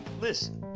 Listen